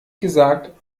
gesagt